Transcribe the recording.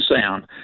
sound